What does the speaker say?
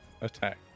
attack